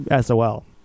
sol